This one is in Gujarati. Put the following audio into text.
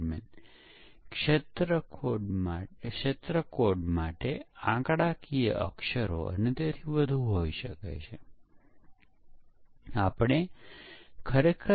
તે મિશન નિષ્ફળ થયું તેનું કારણ શું હતું